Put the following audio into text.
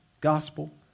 gospel